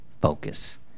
Focus